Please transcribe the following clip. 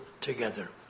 together